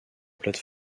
plate